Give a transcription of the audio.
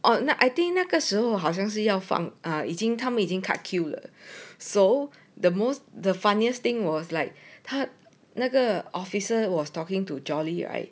and now I think 那个时候好像是要放已经他们已经 cut queue so the most the funniest thing was like 他那个 officer was talking to jolly right